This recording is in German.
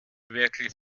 werkelt